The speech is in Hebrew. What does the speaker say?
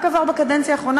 רק עבר בקדנציה האחרונה,